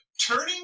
Turning